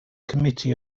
committee